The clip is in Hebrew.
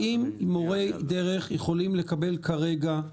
האם מורי דרך יכולים לקבל כרגע,